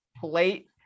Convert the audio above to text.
plate